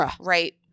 Right